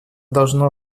должно